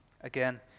Again